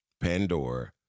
Pandora